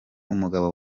umugabo